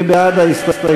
מי בעד ההסתייגויות?